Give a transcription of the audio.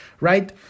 right